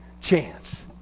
chance